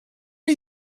are